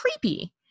creepy